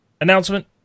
announcement